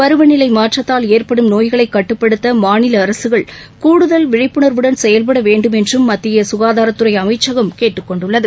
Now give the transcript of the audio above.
பருவநிலை மாற்றத்தால் ஏற்படும் நோய்களை கட்டுப்படுத்த மாநில அரசுகள் கூடுதல் விழிப்புணர்வுடன் செயல்பட வேண்டும் என்றும் மத்திய சுகாதாரத்துறை அமைச்சகம் கேட்டுக் கொண்டுள்ளது